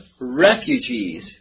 refugees